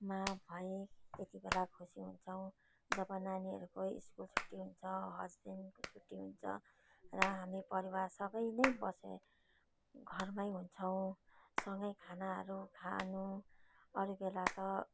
मा भए त्यतिबेला खुसी हुन्छौँ जब नानीहरूको स्कुल छुट्टी हुन्छ हस्बेन्डको छुट्टी हुन्छ र हामी परिवार सबै नै बसे घरमै हुन्छौँ सँगै खानाहरू खानु अरू बेला त